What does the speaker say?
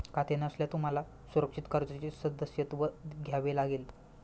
खाते नसल्यास तुम्हाला सुरक्षित कर्जाचे सदस्यत्व घ्यावे लागेल